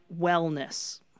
wellness